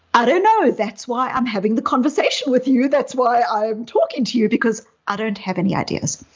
i don't know, that's why i'm having the conversation with you. that's why i'm talking to you because i don't have any ideas.